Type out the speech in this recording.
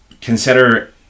consider